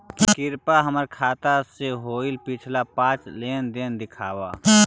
कृपा हमर खाता से होईल पिछला पाँच लेनदेन दिखाव